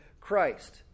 Christ